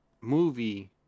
movie